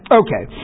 okay